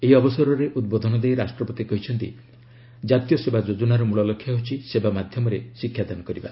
ଏହି ଅବସରରେ ଉଦ୍ବୋଧନ ଦେଇ ରାଷ୍ଟ୍ରପତି କହିଛନ୍ତି ଜାତୀୟ ସେବା ଯୋଜନାର ମୂଳଲକ୍ଷ୍ୟ ହେଉଛି ସେବା ମାଧ୍ୟମରେ ଶିକ୍ଷାଦାନ କରିବା